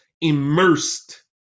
immersed